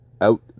out